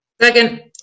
second